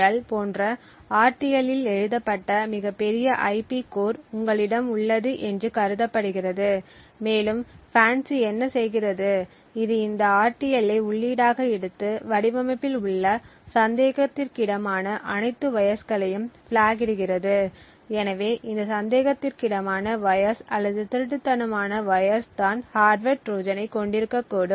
L போன்ற ஆர்டிஎல்லில் எழுதப்பட்ட மிகப் பெரிய ஐபி கோர் உங்களிடம் உள்ளது என்று கருதப்படுகிறது மேலும் FANCI என்ன செய்கிறது இது இந்த ஆர்டிஎல்லை உள்ளீடாக எடுத்து வடிவமைப்பில் உள்ள சந்தேகத்திற்கிடமான அனைத்து உயர்ஸ்களையும் பிலாக் இடுகிறது எனவே இந்த சந்தேகத்திற்கிடமான உயர்ஸ் அல்லது திருட்டுத்தனமான உயர்ஸ் தான் ஹார்ட்வர் ட்ரோஜனைக் கொண்டிருக்கக்கூடும்